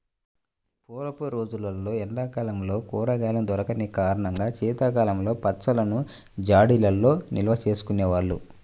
పూర్వపు రోజుల్లో ఎండా కాలంలో కూరగాయలు దొరికని కారణంగా శీతాకాలంలో పచ్చళ్ళను జాడీల్లో నిల్వచేసుకునే వాళ్ళు